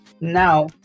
Now